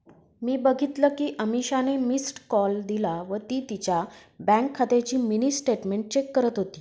मी बघितल कि अमीषाने मिस्ड कॉल दिला व ती तिच्या बँक खात्याची मिनी स्टेटमेंट चेक करत होती